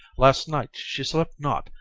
last night she slept not,